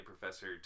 Professor